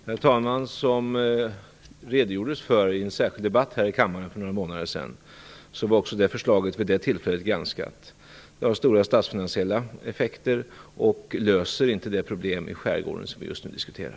Herr talman! Som redogjordes för i en särskild debatt här i kammaren för några månader sedan var förslaget också vid det tillfället granskat. Det har stora statsfinansiella effekter och löser inte det problem i skärgården som vi just nu diskuterar.